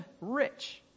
rich